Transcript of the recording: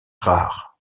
rare